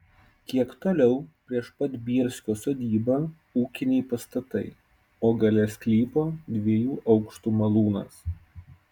kiek toliau prieš pat bielskio sodybą ūkiniai pastatai o gale sklypo dviejų aukštų malūnas